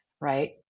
right